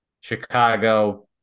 Chicago